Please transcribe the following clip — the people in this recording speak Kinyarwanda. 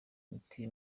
imiti